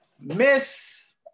Miss